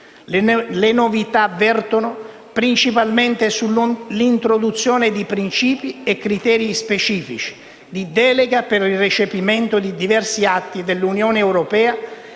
Le novità vertono principalmente sull'introduzione di principi e criteri specifici di delega per il recepimento di diversi atti dell'Unione europea